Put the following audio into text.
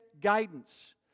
guidance